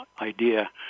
idea